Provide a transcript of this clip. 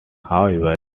however